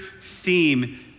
theme